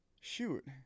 shoot